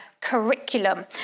curriculum